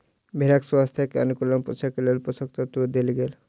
भेड़क स्वास्थ्यक अनुकूल पोषण के लेल पोषक तत्व देल गेल